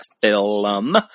film